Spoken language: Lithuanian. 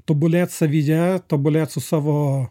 tobulėt savyje tobulėt su savo